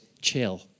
chill